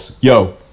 Yo